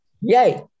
Yay